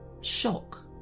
shock